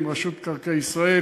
עם רשות מקרקעי ישראל,